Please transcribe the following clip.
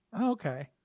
Okay